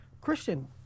Christian